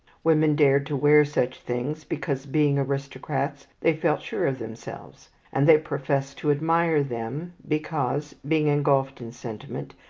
women dared to wear such things, because, being aristocrats, they felt sure of themselves and they professed to admire them, because, being engulfed in sentiment,